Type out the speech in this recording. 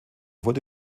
wurde